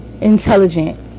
intelligent